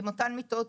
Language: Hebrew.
עם אותן מיטות,